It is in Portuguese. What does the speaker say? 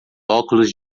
óculos